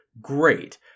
great